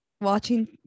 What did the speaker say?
watching